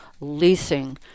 leasing